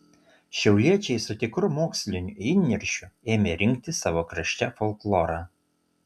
šiauliečiai su tikru moksliniu įniršiu ėmė rinkti savo krašte folklorą